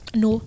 no